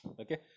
okay